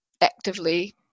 actively